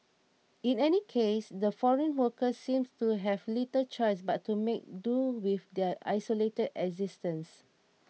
in any case the foreign workers seem to have little choice but to make do with their isolated existence